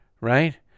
right